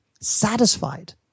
satisfied